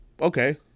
Okay